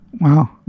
wow